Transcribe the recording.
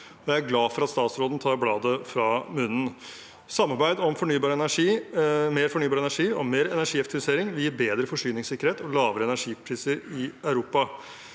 jeg er glad for at statsråden tar bladet fra munnen. Samarbeid om mer fornybar energi og mer energieffektivisering vil gi bedre forsyningssikkerhet og lavere energipriser i Europa.